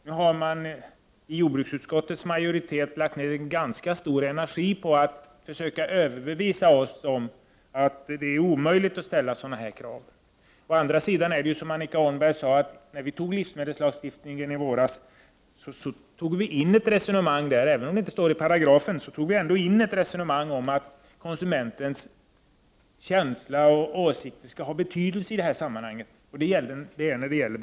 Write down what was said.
Majoriteten i jordbruksutskottet har lagt ned ganska stor energi på att försöka överbevisa oss om att det är omöjligt att ställa så dana krav som vi ställer. Å andra sidan är det som Annika Åhnberg säger, nämligen att riksdagen, när den antog livsmedelslagen i våras, förde in ett resonemang om — även om det inte står i paragrafen i fråga — att konsumenternas känsla och åsikter i fråga om bestrålningen skall tillmätas betydelse.